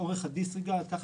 אורך הדיסריגרד כך